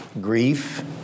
grief